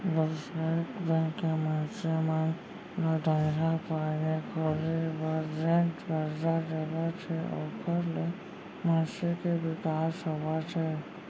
बेवसायिक बेंक ह मनसे मन ल धंधा पानी खोले बर जेन करजा देवत हे ओखर ले मनसे के बिकास होवत हे